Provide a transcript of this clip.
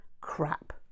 Crap